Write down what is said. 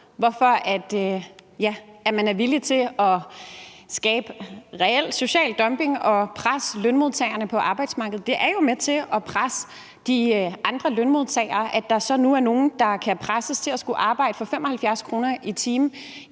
hvorfor man er villig til at skabe reel social dumping og presse lønmodtagerne på arbejdsmarkedet. Det er jo med til at presse de andre lønmodtagere, at der nu er nogle, der kan presses til at skulle arbejde for 75 kr. i timen